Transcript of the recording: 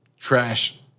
trash